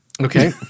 Okay